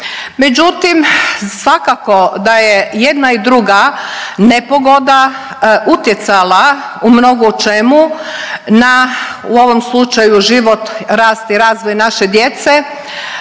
Međutim, svakako da je jedna i druga nepogoda utjecala u mnogočemu na u ovom slučaju život, rast i razvoj naše djece,